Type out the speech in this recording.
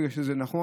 בגלל שנכון,